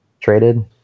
traded